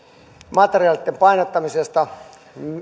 materiaalien painattamisesta